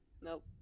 Nope